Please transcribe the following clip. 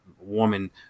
woman